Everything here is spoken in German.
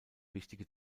wichtige